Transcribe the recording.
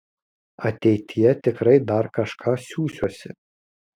ateityje tikrai dar kažką siųsiuosi